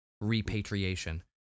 Repatriation